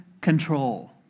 control